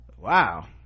Wow